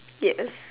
yes